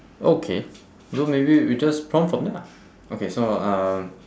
okay so maybe we just prompt from there lah okay so uh